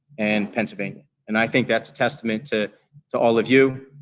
and pennsylvania. and i think that's a testament to to all of you,